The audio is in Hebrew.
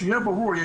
שיהיה ברור,